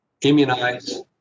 immunize